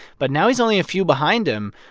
but now he's only a few behind him.